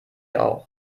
auch